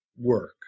work